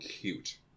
cute